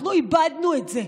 אנחנו איבדנו את זה.